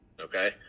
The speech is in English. Okay